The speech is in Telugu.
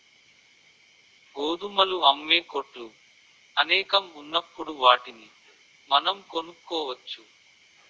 గోధుమలు అమ్మే కొట్లు అనేకం ఉన్నప్పుడు వాటిని మనం కొనుక్కోవచ్చు